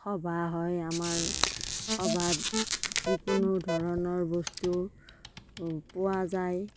সভা হয় আমাৰ সভাত যিকোনো ধৰণৰ বস্তু পোৱা যায়